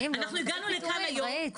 אנחנו הגענו לכאן היום,